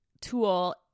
tool